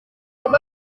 nibwo